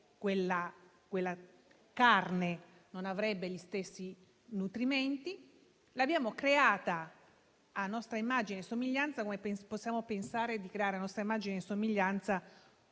quella carne non avrebbe gli stessi nutrimenti. L'abbiamo creata a nostra immagine e somiglianza, come possiamo pensare di creare a nostra immagine e somiglianza